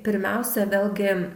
pirmiausia vėlgi